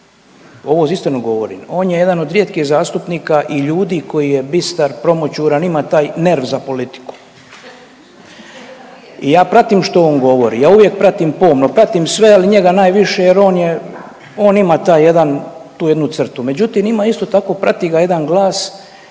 ovo istinu govorim, on je jedan od rijetkih zastupnika i ljudi koji je bistar, promoćuran, ima taj nerv za politiku i ja pratim što on govori, ja uvijek pratim pomno, pratim sve, ali njega najviše jer on je, on ima taj jedan, tu jednu crtu, međutim ima isto tako, prati ga jedan glas